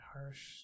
harsh